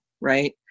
Right